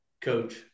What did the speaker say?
coach